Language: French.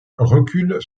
recule